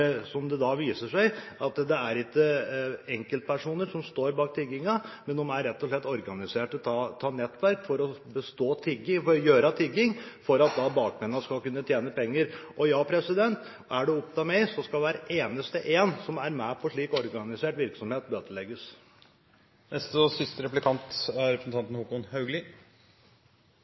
enkeltpersoner som står bak tiggingen – de er rett og slett organisert i nettverk for å tigge for at bakmennene skal kunne tjene penger. Ja, er det opp til meg, skal hver eneste én som er med på slik organisert virksomhet,